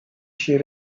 she